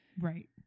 Right